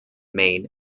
main